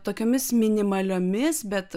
tokiomis minimaliomis bet